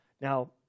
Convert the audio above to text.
Now